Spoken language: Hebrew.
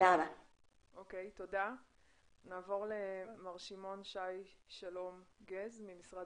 נעבור למר שמעון שלום גז ממשרד